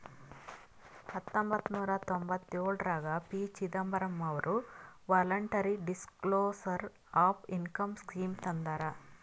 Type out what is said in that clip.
ಹತೊಂಬತ್ತ ನೂರಾ ತೊಂಭತ್ತಯೋಳ್ರಾಗ ಪಿ.ಚಿದಂಬರಂ ಅವರು voluntary disclosure of income scheme ತಂದಾರ